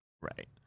right